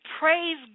praise